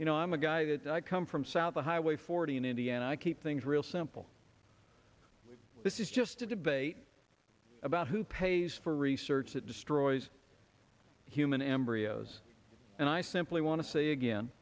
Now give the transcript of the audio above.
you know i'm a guy that i come from south the highway forty in indiana i keep things real simple this is just a debate about who pays for research that destroys human embryos and i simply want to say again